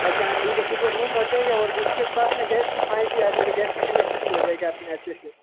हाँ जहाँ ठीक है फिर वो रूम हो जाएगा और उसके पास में गैस की पाइंप भी आती है तो गैस का कनेक्शन भी हो जाएगा अपना अच्छे से